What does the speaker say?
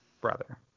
Brother